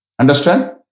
Understand